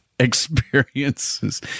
Experiences